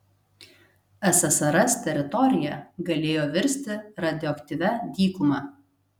ssrs teritorija galėjo virsti radioaktyvia dykuma